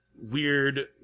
weird